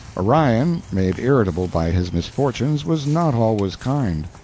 orion, made irritable by his misfortunes, was not always kind.